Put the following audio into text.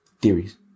Theories